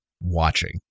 watching